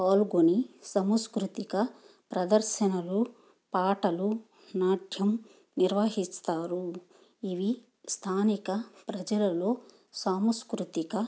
పాల్గొని సంస్కృతిక ప్రదర్శనలు పాటలు నాట్యం నిర్వహిస్తారు ఇవి స్థానిక ప్రజలలో సాంస్కృతిక